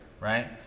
right